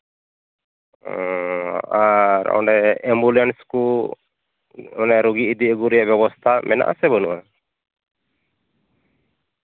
ᱚ ᱟᱨ ᱚᱸᱰᱮ ᱮᱢᱵᱩᱞᱮᱱᱥ ᱠᱚ ᱚᱱᱟ ᱨᱩᱜᱤ ᱤᱫᱤ ᱟᱹᱜᱩ ᱨᱮᱱᱟᱜ ᱵᱮᱵᱚᱥᱛᱟ ᱢᱮᱱᱟᱜᱼᱟ ᱥᱮ ᱵᱟᱹᱱᱩᱜᱼᱟ